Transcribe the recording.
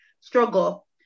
struggle